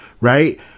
right